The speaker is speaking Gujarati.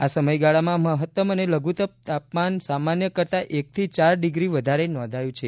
આ સમયગાળામાં મહત્તમ અને લઘુત્તમ તાપમાન સામાન્ય કરતાં એકથી ચાર ડિગ્રી વધારે નોંધાયું છે